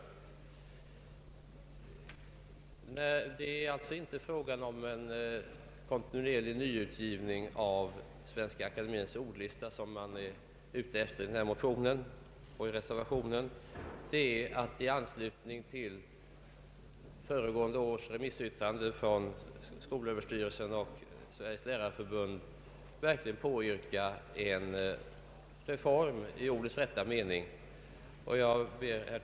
Motionärerna och reservanterna är alltså inte ute efter en kontinuerlig nyutgivning av Svenska akademiens ordlista, utan de eftersträvar att i anslutning till föregående års remissyttranden från skolöverstyrelsen och Sveriges lärarförbund verkligen få till stånd en reform i ordets rätta mening. Herr talman!